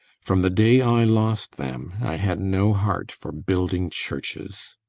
from the day i lost them, i had no heart for building churches.